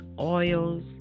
oils